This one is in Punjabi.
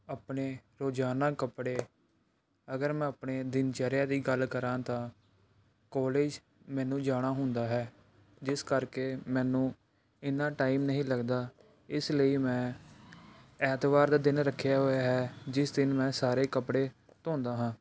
ਆਪਣੇ ਰੋਜ਼ਾਨਾ ਕੱਪੜੇ ਅਗਰ ਮੈਂ ਆਪਣੇ ਦਿਨਚਰਿਆ ਦੀ ਗੱਲ ਕਰਾਂ ਤਾਂ ਕੋਲਜ ਮੈਨੂੰ ਜਾਣਾ ਹੁੰਦਾ ਹੈ ਜਿਸ ਕਰਕੇ ਮੈਨੂੰ ਇੰਨਾ ਟਾਈਮ ਨਹੀਂ ਲੱਗਦਾ ਇਸ ਲਈ ਮੈਂ ਐਤਵਾਰ ਦਾ ਦਿਨ ਰੱਖਿਆ ਹੋਇਆ ਹੈ ਜਿਸ ਦਿਨ ਮੈਂ ਸਾਰੇ ਕੱਪੜੇ ਧੌਂਦਾ ਹਾਂ